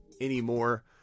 anymore